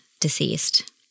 deceased